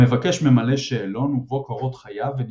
המבקש ממלא שאלון ובו קורות חייו וניסיונו.